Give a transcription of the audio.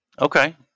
Okay